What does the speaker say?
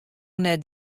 net